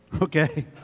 Okay